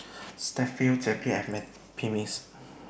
Strepsils Zappy and Mepilex